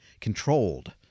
controlled